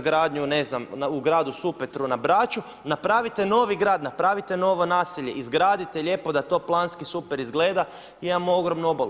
gradnju u gradu Supetru na Braču napravite novi grad, napravite novo naselje, izgradite lijepo da to planski super izgleda imamo ogromnu obalu.